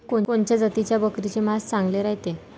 कोनच्या जातीच्या बकरीचे मांस चांगले रायते?